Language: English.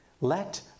Let